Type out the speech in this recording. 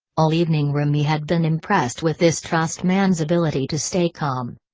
all evening remy had been impressed with this trussed man's ability to stay calm.